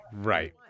right